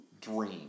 dream